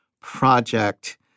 project